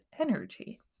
energy